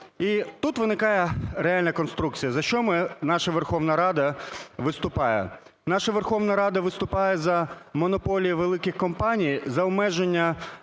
І тут виникає реальна конструкція, за що ми, наша Верховна Рада виступає. Наша Верховна Рада виступає за монополії великих компаній, за обмеження